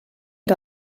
era